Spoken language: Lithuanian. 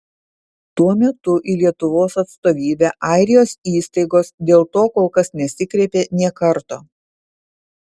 tuo metu į lietuvos atstovybę airijos įstaigos dėl to kol kas nesikreipė nė karto